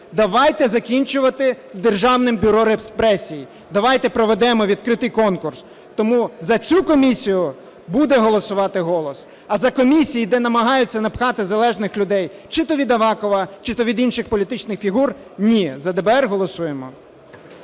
Давайте закінчувати з "державним бюро репресій", давайте проведемо відкритий конкурс. Тому за цю комісію буде голосувати "Голос", а за комісії, де намагаються напхати залежних людей чи то від Авакова, чи то від інших політичних фігур – ні. За ДБР голосуємо.